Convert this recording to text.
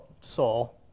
Saul